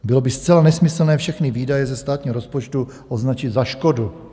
Bylo by zcela nesmyslné všechny výdaje ze státního rozpočtu označit za škodu.